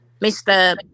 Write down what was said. Mr